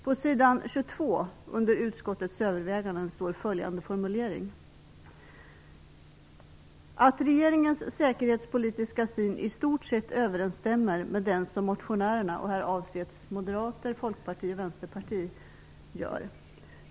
På s. 22 under rubriken Utskottets överväganden står följande formulering: Regeringens säkerhetspolitiska beskrivning överensstämmer i stort sett med den som motionärerna gör - här avses moderater, folkpartister och vänsterpartister.